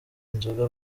inzoga